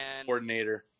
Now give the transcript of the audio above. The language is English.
coordinator